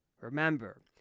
Remember